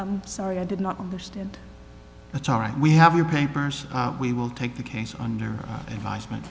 i'm sorry i did not understand that's all right we have your papers we will take the case on their environment